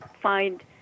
find